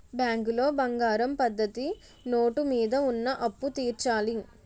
బ్యాంకులో బంగారం పద్ధతి నోటు మీద ఉన్న అప్పు తీర్చాలి